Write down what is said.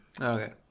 okay